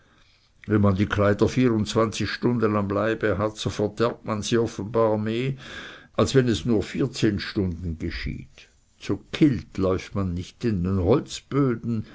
wenn man die kleider vierundzwanzig stunden am leibe hat so verderbt man sie offenbar mehr als wenn es nur vierzehn stunden geschieht zu kilt läuft man nicht in den holzböden